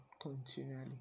continually